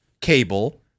cable